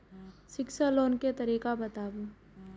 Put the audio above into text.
शिक्षा लोन के तरीका बताबू?